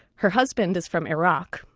her husband is from iraq.